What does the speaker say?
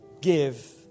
give